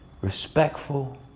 respectful